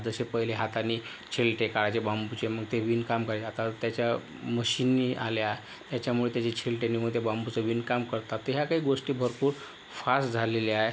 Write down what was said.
जसे पहिले हाताने छिलटे काढायचे बांबूचे मग ते विणकाम करायचे आता त्याच्या मशिनी आल्या त्याच्यामुळे त्याचे छिलटे निघून त्या बांबूचे विणकाम करतात तर ह्या काही गोष्टी भरपूर फास्ट झालेल्या आहे